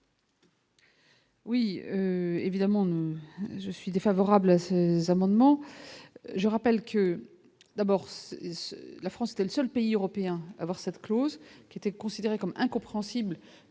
Oui, évidemment je suis défavorable des amendements, je rappelle que, d'abord, la France était le seul pays européen à voir cette clause qui était considéré comme incompréhensible